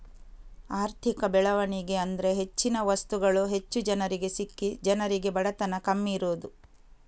ಆರ್ಥಿಕ ಬೆಳವಣಿಗೆ ಅಂದ್ರೆ ಹೆಚ್ಚಿನ ವಸ್ತುಗಳು ಹೆಚ್ಚು ಜನರಿಗೆ ಸಿಕ್ಕಿ ಜನರಿಗೆ ಬಡತನ ಕಮ್ಮಿ ಇರುದು